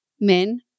men